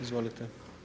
Izvolite.